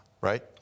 Right